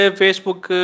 facebook